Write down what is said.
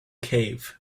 cave